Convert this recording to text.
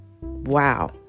wow